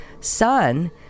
son